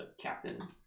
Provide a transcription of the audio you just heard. Captain